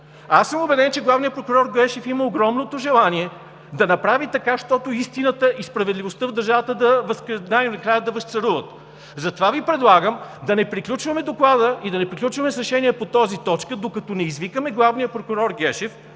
Аз съм убеден, че главният прокурор Гешев има огромното желание да направи така, щото истината и справедливостта в държавата най-накрая да възцаруват! Затова Ви предлагам да не приключваме Доклада и да не приключваме с решение по тази точка, докато не извикаме главния прокурор Гешев,